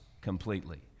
completely